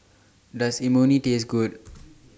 Does Imoni Taste Good